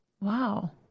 Wow